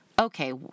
okay